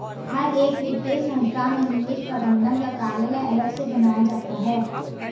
हर एक वित्तीय संस्था में निवेश प्रबन्धन का कार्यालय अलग से बनाया जाता है